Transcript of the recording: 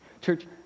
Church